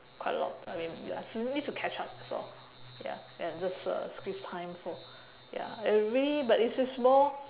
quite a lot I mean ya still need to catch up that's all and just uh squeeze time for ya every but it's a small